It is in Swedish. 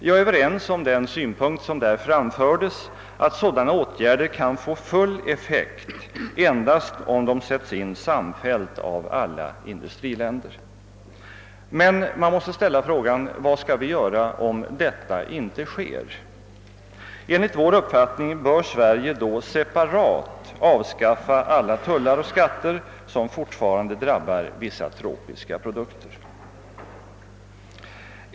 Jag instämmer i synpunkten att sådana åtgärder kan få full effekt endast om de sätts in samfällt av alla industriländer. Men man måste ställa frågan vad vi skall göra, om detta inte sker. Enligt vår uppfattning bör Sverige då separat avskaffa alla tullar och skatter som fortfarande drabbar vissa tropiska produkter.